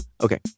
Okay